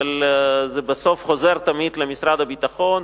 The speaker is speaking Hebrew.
אבל זה בסוף חוזר תמיד למשרד הביטחון,